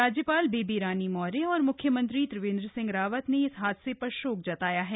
राज्यपाल बेबी रानी मौर्य और मुख्यमंत्री त्रिवेन्द्र सिंह रावत ने इस हादसे पर शोक जताया है